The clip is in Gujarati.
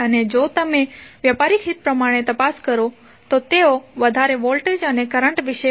અને જો તમે વ્યાપારીક હિત પ્રમાણે તપાસ કરો તો તેઓ વધારે વોલ્ટેજ અને કરંટ વિશે છે